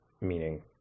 meaning